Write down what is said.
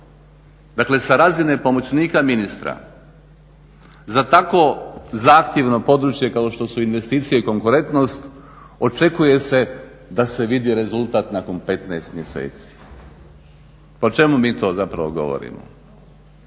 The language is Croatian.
Dakle, sa razine pomoćnika ministra za tako zahtjevno područje kao što su investicije i konkurentnost očekuje se da se vidi rezultat nakon 15 mjeseci. O čemu mi to zapravo govorimo?